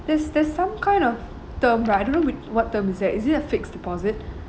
there's there's some kind of term but I don't know whic~ what term is that is it a fixed deposit